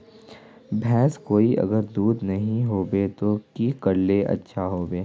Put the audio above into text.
भैंस कोई अगर दूध नि होबे तो की करले ले अच्छा होवे?